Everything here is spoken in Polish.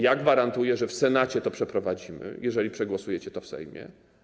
Ja gwarantuję, że w Senacie to przeprowadzimy, jeżeli przegłosujecie to w Sejmie.